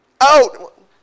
Out